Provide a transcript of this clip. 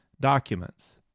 documents